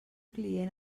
client